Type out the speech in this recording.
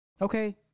Okay